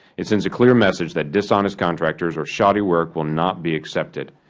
it sends a clear message that dishonest contractors or shoddy work will not be accepted,